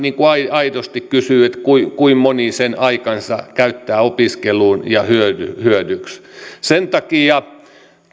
aidosti kysyä kuinka moni sen aikansa käyttää opiskeluun ja hyödyksi sen takia